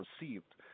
received